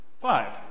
five